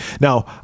Now